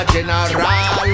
General